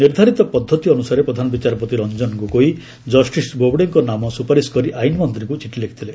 ନିର୍ଦ୍ଧାରିତ ପଦ୍ଧତି ଅନୁସାରେ ପ୍ରଧାନ ବିଚାରପତି ରଞ୍ଜନ ଗୋଗୋଇ ଜଷ୍ଟିସ ବୋବଡେଙ୍କ ନାମ ସୁପାରିଶ କରି ଆଇନ୍ ମନ୍ତ୍ରୀଙ୍କୁ ଚିଠି ଲେଖିଥିଲେ